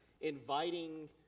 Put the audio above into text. inviting